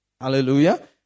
Hallelujah